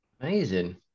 Amazing